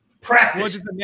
practice